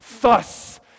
thus